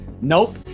Nope